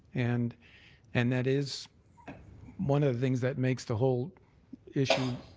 and and that is one of the things that makes the whole issue